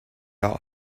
all